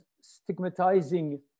stigmatizing